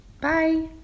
Bye